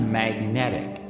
magnetic